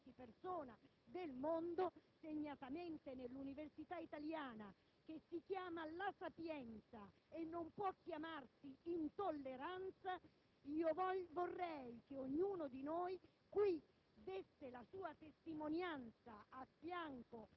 in qualsiasi università del mondo per qualsiasi persona del mondo, segnatamente nell'università italiana che si chiama «La Sapienza» e non può chiamarsi intolleranza. Vorrei che ognuno di noi qui